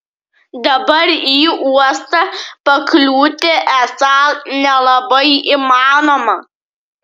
dabar į uostą pakliūti esą nelabai įmanoma